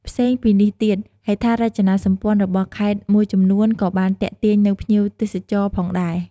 ផ្សេងពីនេះទៀត ហេដ្ឋារចនាសម្ព័ន្ធរបស់ខេត្តមួយចំនួនក៏បានទាក់ទាញនូវភ្ញៀវទេសចរផងដែរ។